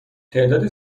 تعدادی